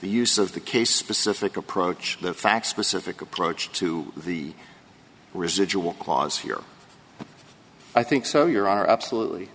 the use of the case specific approach the fact specific approach to the residual clause here i think so your are absolutely